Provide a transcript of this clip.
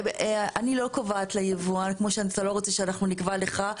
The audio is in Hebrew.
אני לא קובעת ליבואן כמו שאתה לא רוצה שאנחנו נקבע לך.